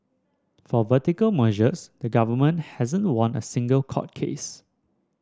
for vertical mergers the government hasn't won a single court case